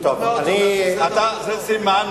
זה סימן.